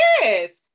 yes